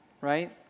right